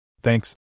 Thanks